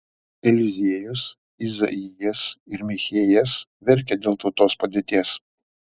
eliziejus izaijas ir michėjas verkė dėl tautos padėties